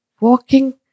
walking